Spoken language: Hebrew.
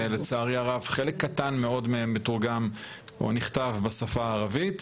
ולצערי הרב חלק קטן מאוד מהם מתורגם או נכתב בשפה הערבית,